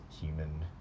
human